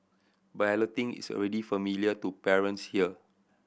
balloting is already familiar to parents here